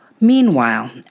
Meanwhile